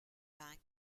bank